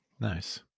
Nice